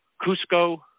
Cusco